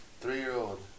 three-year-old